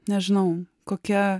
nežinau kokia